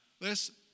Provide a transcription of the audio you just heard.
Listen